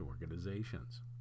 organizations